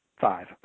Five